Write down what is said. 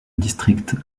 district